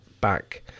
back